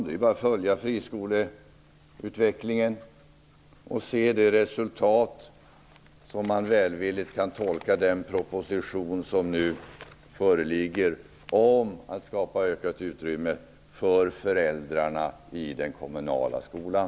Det är bara att följa friskoleutvecklingen och se det resultatet, som man välvilligt kan tolka in i den proposition som nu föreligger om att skapa ökat utrymme för föräldrarna i den kommunala skolan.